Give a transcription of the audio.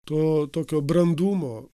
to tokio brandumo